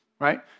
right